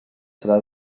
serà